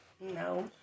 No